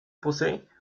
posee